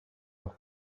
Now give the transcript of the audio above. that